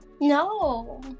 No